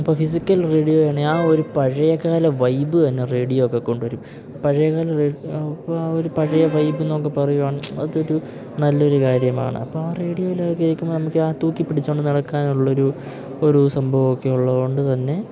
ഇപ്പം ഫിസിക്കൽ റേഡിയോയാണേ ആ ഒരു പഴയ കാല വൈബ് തന്നെ റേഡിയോ ഒക്കെ കൊണ്ട് വരും പഴയ കാല റേഡിയോ അപ്പം ആ ഒരു പഴയ വൈബെന്നൊക്കെ പറയുകയാണ് അതൊരു നല്ലൊരു കാര്യമാണ് അപ്പം ആ റേഡിയോയിലൊക്കെ കേൾക്കുമ്പോൾ നമുക്ക് ആ തൂക്കി പിടിച്ചു കൊണ്ട് നടക്കാനുള്ളൊരു ഒരു സംഭവമൊക്കെ ഉള്ളത് കൊണ്ട് തന്നെ